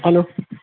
hello